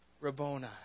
Rabboni